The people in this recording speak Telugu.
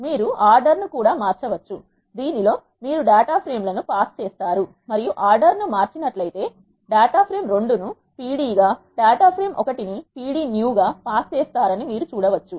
మీరు ఆర్డర్ ను మార్చవచ్చు దీనిలో మీరు డేటా ఫ్రేమ్ లను పాస్ చేస్తారు మరియు ఆర్డర్ ను మార్చి నట్లయితే మీరు డేటా ఫ్రేమ్ 2 ను p d గా డేటా ఫ్రేమ్ 1 ను pd new గా పాస్ చేస్తారని మీరు చూడవచ్చు